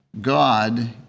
God